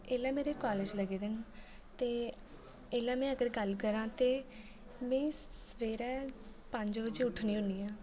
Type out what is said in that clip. ऐल्लै मेरे कॉलेज़ लग्गे दे न ते ऐल्लै में अगर गल्ल करांऽ ते में सबैह्रे पंज बज्जे उट्ठनी होनी आं